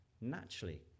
Naturally